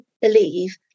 believe